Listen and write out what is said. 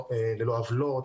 ללא עוולות,